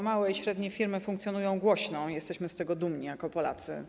Małe i średnie firmy funkcjonują głośno i jesteśmy z tego dumni jako Polacy.